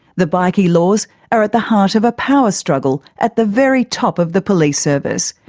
the bikie laws are at the heart of a power struggle at the very top of the police service,